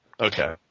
Okay